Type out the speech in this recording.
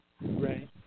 Right